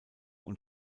und